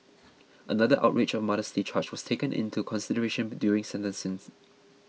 another outrage of modesty charge was taken into consideration during sentencing